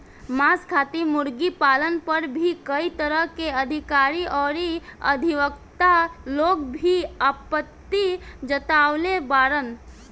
मांस खातिर मुर्गी पालन पर भी कई तरह के अधिकारी अउरी अधिवक्ता लोग भी आपत्ति जतवले बाड़न